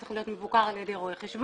- הוא צריך להיות מבוקר על ידי רואה חשבון,